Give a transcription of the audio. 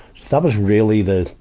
that was really the,